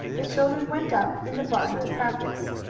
the children went out in the barn to practise.